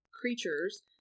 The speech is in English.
creatures